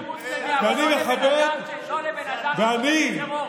ואני מכבד, אבל לא לבן אדם שתומך בטרור.